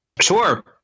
Sure